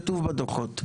כתוב בדוחות.